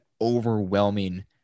overwhelming